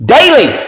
Daily